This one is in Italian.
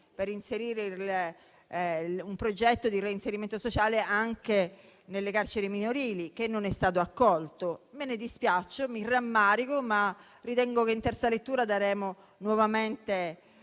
per inserire un progetto di reinserimento sociale anche nelle carceri minorili, che non è stato accolto. Me ne dispiaccio e me ne rammarico, ma ritengo che in terza lettura daremo nuovamente